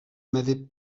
m’avait